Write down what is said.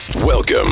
Welcome